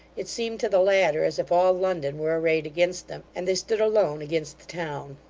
it seemed to the latter as if all london were arrayed against them, and they stood alone against the town.